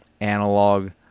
analog